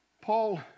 Paul